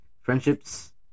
friendships